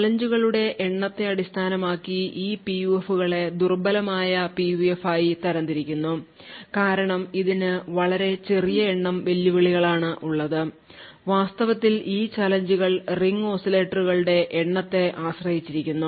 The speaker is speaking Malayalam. ചാലഞ്ച് കളുടെ എണ്ണത്തെ അടിസ്ഥാനമാക്കി ഈ പിയുഎഫുകളെ ദുർബലമായ പിയുഎഫ് ആയി തരംതിരിക്കുന്നു കാരണം ഇതിന് വളരെ ചെറിയ എണ്ണം വെല്ലുവിളികളാണ് ഉള്ളത് വാസ്തവത്തിൽ ഈ ചാലഞ്ച്കൾ റിംഗ് ഓസിലേറ്ററുകളുടെ എണ്ണത്തെ ആശ്രയിച്ചിരിക്കുന്നു